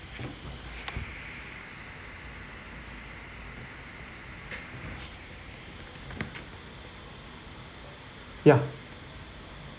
ya